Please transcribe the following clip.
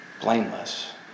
blameless